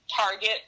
target